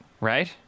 right